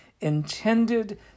intended